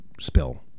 spill